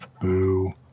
Boo